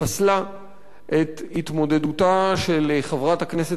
התמודדותה של חברת הכנסת חנין זועבי.